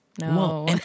No